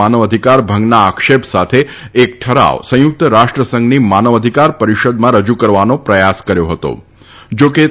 માનવ અધિકાર ભંગના આક્ષેપ સાથે એક ઠરાવ સંયુક્ત રાષ્ટ્ર સંઘની માનવ અધિકાર પરિષદમાં રજુ કરવાનો પ્રયાસ કર્યો ફતોઆ ઠરાવ રજુ કરતા પફેલા